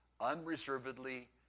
unreservedly